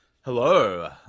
Hello